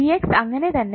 അങ്ങനെ തന്നെ വെക്കുക